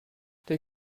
der